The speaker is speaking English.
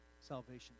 salvation